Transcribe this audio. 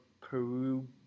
Peru